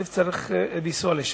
הוא צריך לנסוע לשם,